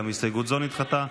ההסתייגות נדחתה.